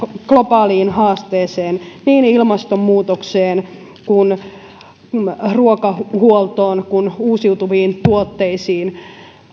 globaaliin haasteeseen niin ilmastonmuutokseen ruokahuoltoon kuin uusiutuviin tuotteisiin